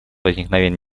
возникновения